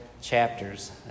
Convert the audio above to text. Chapters